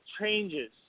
changes